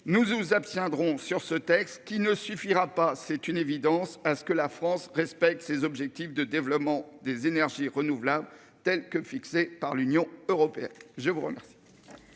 nous nous abstiendrons sur ce texte qui ne suffira pas. C'est une évidence, à ce que la France respecte ses objectifs de développement des énergies renouvelables, telle que fixée par l'Union européenne, je crois. Merci